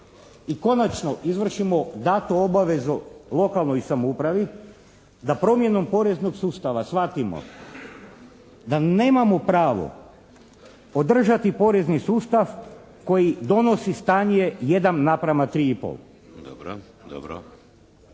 i konačno izvršimo datu obavezu lokalnoj samoupravi da promjenom poreznog sustava shvatimo da nemamo pravo podržati porezni sustav koji donosi stanje 1:3,5. **Šeks, Vladimir